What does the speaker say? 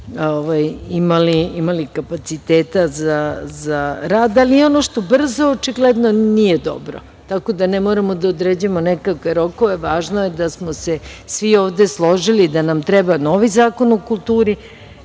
imali kapaciteta za rad. Ono što je brzo, očigledno je da nije dobro, tako da ne moramo da određujemo nekakve rokove, važno je da smo se svi ovde složili da nam treba novi zakon o kulturi